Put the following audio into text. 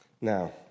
Now